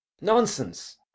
Nonsense